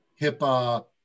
HIPAA